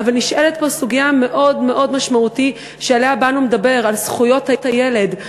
אבל יש פה סוגיה מאוד מאוד משמעותית שעליה באנו לדבר: על זכויות הילד,